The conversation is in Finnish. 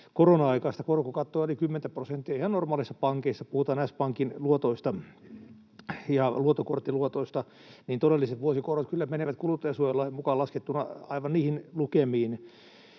koronan aikaista korkokattoa eli 10:tä prosenttia ihan normaaleissa pankeissa, puhutaan S-Pankin luotoista ja luottokorttiluotoista. Todelliset vuosikorot kyllä menevät kuluttajansuojalain mukaan laskettuna aivan niihin lukemiin.